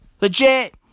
Legit